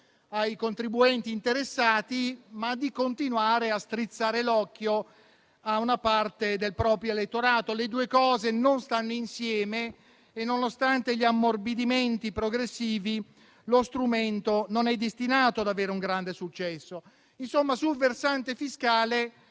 ai contribuenti interessati, ma continuando a strizzare l'occhio a una parte del proprio elettorato. Le due cose non stanno insieme e, nonostante gli ammorbidimenti progressivi, lo strumento non è destinato ad avere un grande successo. Insomma, sul versante fiscale